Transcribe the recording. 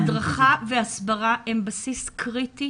הדרכה והסברה הם בסיס קריטי,